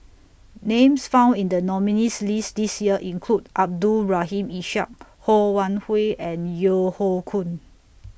Names found in The nominees' list This Year include Abdul Rahim Ishak Ho Wan Hui and Yeo Hoe Koon